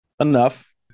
Enough